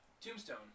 Tombstone